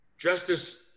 Justice